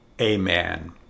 Amen